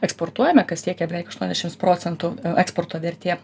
eksportuojame kas siekia beveik aštuoniasdešims procentų eksporto vertė